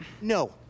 No